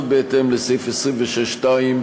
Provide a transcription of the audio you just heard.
בהתאם לסעיף 26(2)